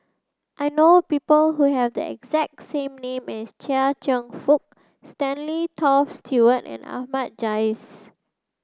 I know people who have the exact same name as Chia Cheong Fook Stanley Toft Stewart and Ahmad Jais